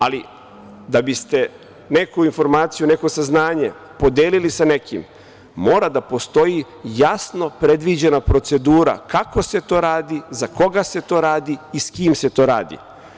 Ali, da biste neku informaciju, neko saznanje podelili sa nekim, mora da postoji jasno predviđena procedura kako se to radi, za koga se to radi i s kim se to radi.